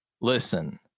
listen